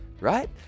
right